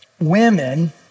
women